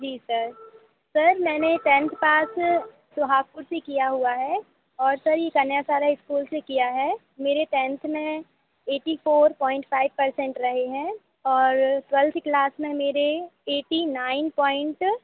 जी sir sir मैंने tenth pass Suhagpur से किया हुआ है और सर ये कन्या तारा स्कूल से किया है मेरे टेंथ में eighty four point five percent रहें हैं और ट्वेल्थ क्लास में मेरे एटी नाइन पॉइंट